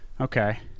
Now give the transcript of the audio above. okay